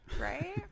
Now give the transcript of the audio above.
right